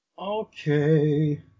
Okay